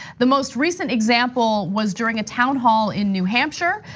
the most recent example was during a town hall in new hampshire,